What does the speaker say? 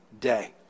day